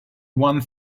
one